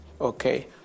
okay